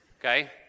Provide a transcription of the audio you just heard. okay